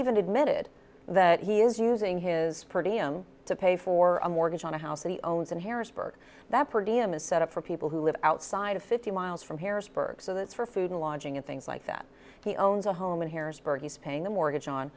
even admitted that he is using his to pay for a mortgage on a house that he owns in harrisburg that perdiem is set up for people who live outside of fifty miles from harrisburg so that's for food and lodging and things like that he owns a home in harrisburg he's paying the mortgage on